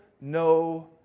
no